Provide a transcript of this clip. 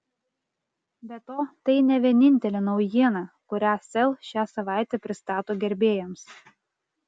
be to tai ne vienintelė naujiena kurią sel šią savaitę pristato gerbėjams